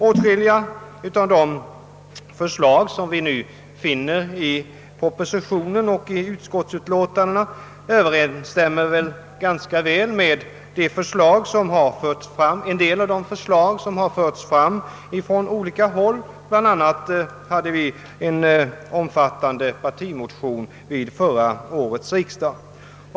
Åtskilliga av de förslag vi finner i propositionen och i utskottsutlåtandet överensstämmer ganska väl med en del av de förslag som har förts fram från olika håll, bl.a. i en omfattande partimotion vid förra årets riksdag.